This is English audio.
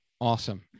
Awesome